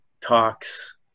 talks